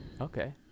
okay